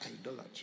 idolatry